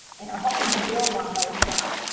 and are hoping to build on those now.